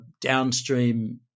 downstream